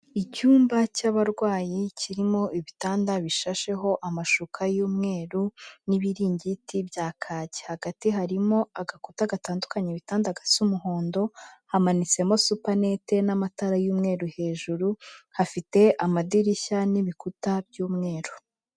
Icyumba cy'abarwayi kirimo ibitanda bishasheho amashuka y'umweru n'ibiringiti bya kaki, hagati harimo agakuta gatandukanye bitanda gasa umuhondo, hamanitsemo supanete n'amatara y'umweru hejuru, hafite amadirishya n'ibikuta by'umweru.